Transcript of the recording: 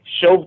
Show